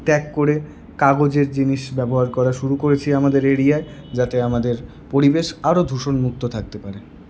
ত্যাগ করে কাগজের জিনিস ব্যবহার করা শুরু করেছি আমাদের এরিয়ায় যাতে আমাদের পরিবেশ আরো দূষণমুক্ত থাকতে পারে